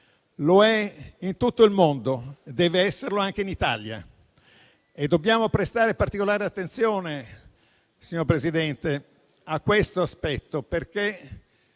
lo è in tutto il mondo e deve esserlo anche in Italia. Dobbiamo prestare particolare attenzione, signor Presidente, a questo aspetto, perché